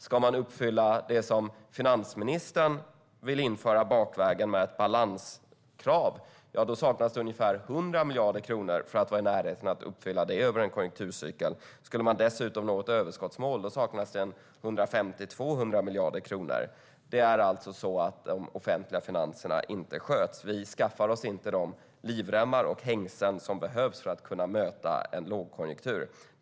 Ska man uppfylla det som finansministern vill införa bakvägen, ett balanskrav, saknas det ungefär 100 miljarder kronor för att vara i närheten av att uppfylla detta över en konjunkturcykel. Ska man dessutom nå ett överskottsmål saknas det 150-200 miljarder kronor. Det är alltså så att de offentliga finanserna inte sköts. Vi skaffar oss inte de livremmar och hängslen som behövs för att kunna möta en lågkonjunktur.